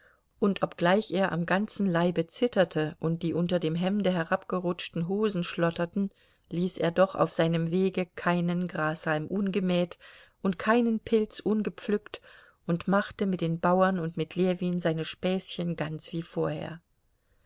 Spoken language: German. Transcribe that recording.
und obgleich er am ganzen leibe zitterte und die unter dem hemde herabgerutschten hosen schlotterten ließ er doch auf seinem wege keinen grashalm ungemäht und keinen pilz ungepflückt und machte mit den bauern und mit ljewin seine späßchen ganz wie vorher